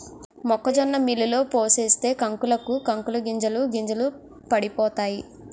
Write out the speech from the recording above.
మొక్కజొన్న మిల్లులో పోసేస్తే కంకులకు కంకులు గింజలకు గింజలు పడిపోతాయి